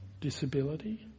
disability